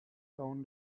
own